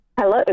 Hello